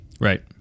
Right